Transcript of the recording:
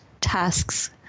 tasks